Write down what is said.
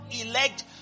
elect